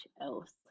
else